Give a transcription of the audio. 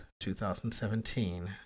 2017